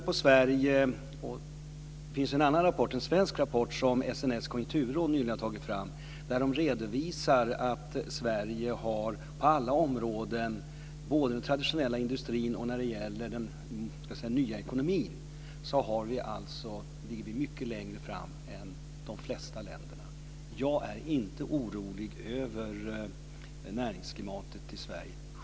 Det finns en annan rapport, en svensk rapport, som SNS Konjunkturråd nyligen har tagit fram där de redovisar att Sverige på alla områden, både när det gäller den traditionella industrin och när det gäller den nya ekonomin, ligger mycket längre fram än de flesta andra länder. Jag är inte orolig över näringsklimatet i Sverige.